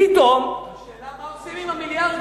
פתאום, השאלה מה עושים עם המיליארדים.